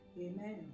Amen